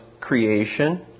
creation